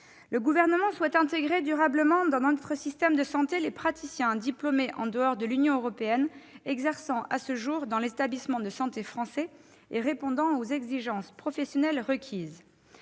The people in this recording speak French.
Le Gouvernement souhaite intégrer durablement dans notre système de santé les praticiens diplômés en dehors de l'Union européenne exerçant à ce jour dans les établissements de santé français et répondant aux exigences professionnelles requises.